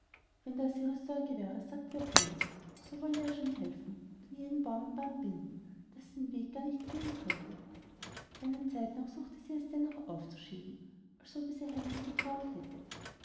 wenn das ihre sorge wäre sagte der prinz so wollte er schon helfen und an jeden baum ein band binden daß sie den weg gar nicht fehlen könnte eine zeitlang suchte sie es dennoch aufzuschieben als ob es ihr heimlich gegraut hätte